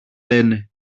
λένε